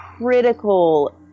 critical